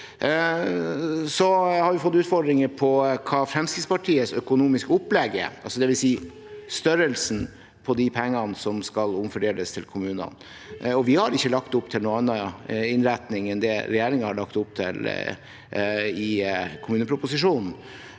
Vi har blitt utfordret på hva som er Fremskrittspartiets økonomiske opplegg, dvs. størrelsen på pengene som skal omfordeles til kommunene. Vi har ikke lagt opp til noen annen innretning enn det regjeringen har lagt opp til i kommuneproposisjonen,